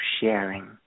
sharing